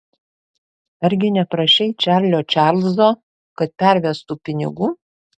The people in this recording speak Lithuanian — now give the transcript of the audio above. argi neprašei čarlio čarlzo kad pervestų pinigų